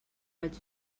vaig